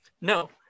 No